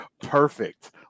Perfect